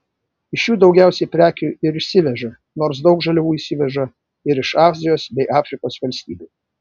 iš jų daugiausiai prekių ir įsiveža nors daug žaliavų įsiveža ir iš azijos bei afrikos valstybių